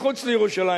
מחוץ לירושלים.